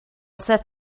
set